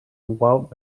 wild